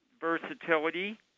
versatility